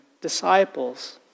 disciples